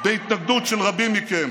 בהתנגדות של רבים מכם.